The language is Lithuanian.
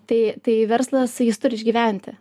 tai tai verslas jis turi išgyventi